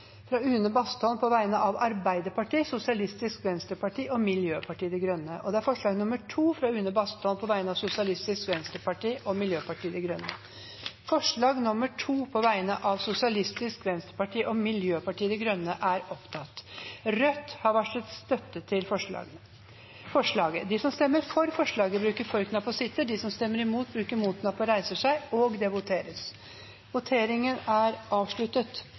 fra Une Bastholm på vegne av Arbeiderpartiet, Sosialistisk Venstreparti og Miljøpartiet De Grønne forslag nr. 2, fra Une Bastholm på vegne av Sosialistisk Venstreparti og Miljøpartiet De Grønne Det voteres over forslag nr. 2, fra Sosialistisk Venstreparti og Miljøpartiet De Grønne. Forslaget lyder: «Stortinget ber regjeringen fase inn et forbud mot blyholdig jaktammunisjon i Norge og sette i gang en utredning av tidspunkt for innføring av et slikt forbud.» Rødt har varslet støtte til forslaget. Det voteres